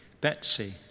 Betsy